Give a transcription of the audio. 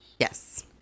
Yes